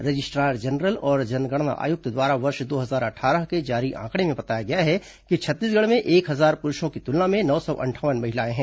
registrar general और जनगणना आयुक्त द्वारा वर्ष दो हजार अट्ठारह के आंकड़े में बताया गया है कि छत्तीसगढ़ में एक हजार पुरूषों की तुलना में नौ सौ अंठावन महिलाएं हैं